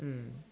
mm